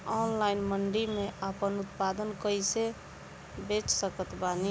Online मंडी मे आपन उत्पादन कैसे बेच सकत बानी?